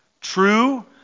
True